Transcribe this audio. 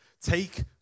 take